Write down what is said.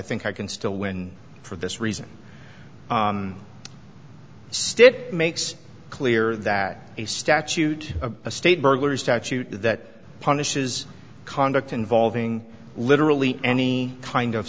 think i can still win for this reason still it makes clear that a statute of a state burglary statute that punishes conduct involving literally any kind of